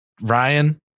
Ryan